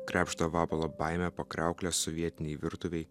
krebžda vabalo baime po kriaukle sovietinėj virtuvėj